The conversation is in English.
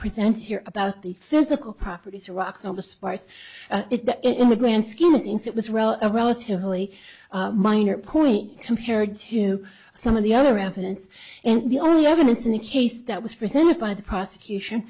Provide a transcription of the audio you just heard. presented here about the physical properties rocks on the sparse in the grand scheme of things it was relatively minor point compared to some of the other evidence and the only evidence in the case that was presented by the prosecution